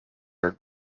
are